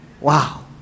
Wow